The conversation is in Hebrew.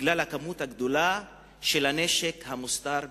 בגלל הכמות הגדולה של הנשק המוסתר בתוכם.